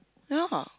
ya